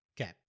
Okay